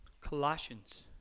Colossians